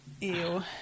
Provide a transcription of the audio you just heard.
Ew